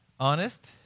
Honest